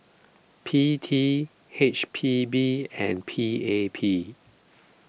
P T H P B and P A P